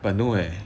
but no eh